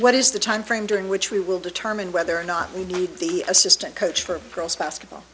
what is the timeframe during which we will determine whether or not we need the assistant coach for girls basketball